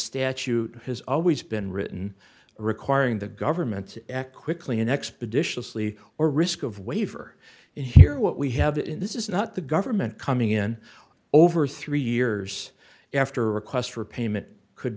statute has always been written requiring the government to act quickly in expeditiously or risk of waiver and here what we have in this is not the government coming in over three years after requests for payment could